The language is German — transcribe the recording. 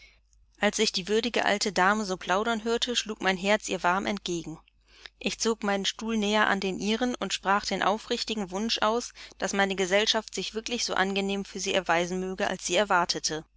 als ich die würdige alte dame so plaudern hörte schlug mein herz ihr warm entgegen ich zog meinen stuhl näher an den ihren und sprach den aufrichtigen wunsch aus daß meine gesellschaft sich wirklich als so angenehm für sie erweisen möge als sie erwartete